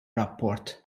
rapport